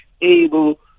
able